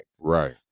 right